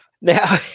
Now